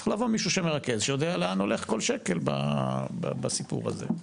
צריך לבוא מישהו שמרכז ושיודע לאן הולך כל שקל בסיפור הזה.